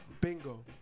Bingo